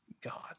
God